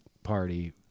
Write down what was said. Party